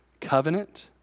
covenant